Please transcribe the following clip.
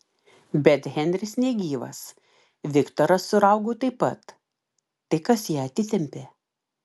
bet henris negyvas viktoras su raugu taip pat tai kas ją atsitempė